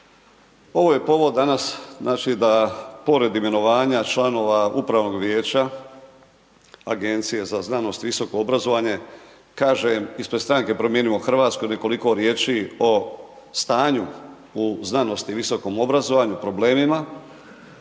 Ovo je povod danas, znači da pored imenovanja članova upravnog vijeća, Agencije za znanost i visoko obrazovanje, kažem ispred stranke Promijenimo Hrvatsku ili koliko riječi o stanju u znanosti i visokom obrazovanju, problemima.